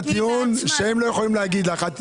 הטיעון שהם לא יכולים להגיד לך.